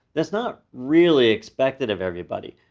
that's not really expected of everybody.